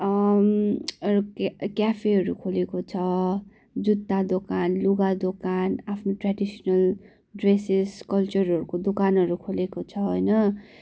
अरू क्याफेहरू खोलेको छ जुत्ता दोकान लुगा दोकान आफ्नो ट्रेडिसनल ड्रेसेस कल्चरहरूको दोकानहरू खोलेको छ होइन